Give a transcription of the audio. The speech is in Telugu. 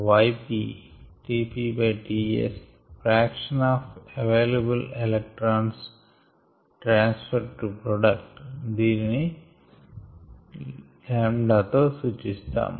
yp Γp Γs fraction of available electrons transferred to product దీనిని ζ తో సూచిస్తాము